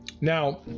Now